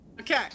Okay